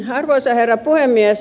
arvoisa herra puhemies